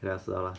ya 死了 lah